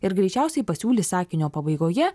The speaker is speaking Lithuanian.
ir greičiausiai pasiūlys sakinio pabaigoje